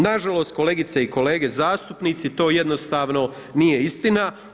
Nažalost, kolegice i kolege zastupnici, to jednostavno nije istina.